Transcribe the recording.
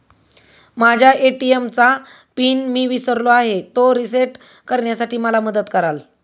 माझ्या ए.टी.एम चा पिन मी विसरलो आहे, तो रिसेट करण्यासाठी मला मदत कराल?